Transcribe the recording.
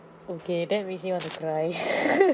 okay that makes me want to cry